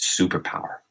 superpower